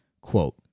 quote